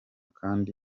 kandi